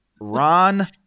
Ron